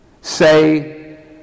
say